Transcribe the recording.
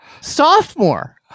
sophomore